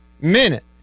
minute